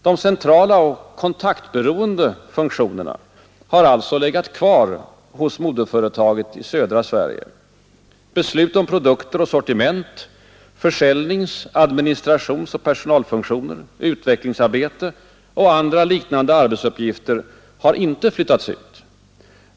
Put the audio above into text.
De centrala och kontaktberoende funktionerna har alltså legat kvar hos moderföretaget i södra Sverige. Beslut om produkter och sortiment, försäljnings-, administrationsoch personalfunktioner, utvecklingsarbete och andra liknande arbetsuppgifter har icke flyttats ut.